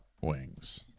wings